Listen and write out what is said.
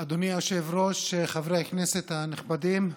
אדוני היושב-ראש, חברי הכנסת הנכבדים,